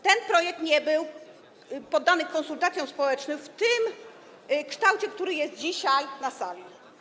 Ten projekt nie był poddany konsultacjom społecznym w tym kształcie, który jest rozpatrywany dzisiaj na sali.